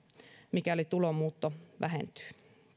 mikäli tulomuutto vähentyy